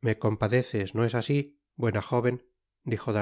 me compadeces no es asi buena joven dijo